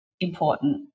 important